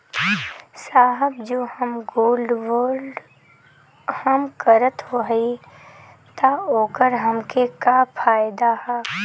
साहब जो हम गोल्ड बोंड हम करत हई त ओकर हमके का फायदा ह?